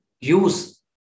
use